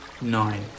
nine